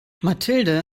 mathilde